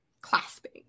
clasping